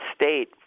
state